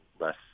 less